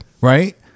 Right